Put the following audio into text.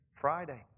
Friday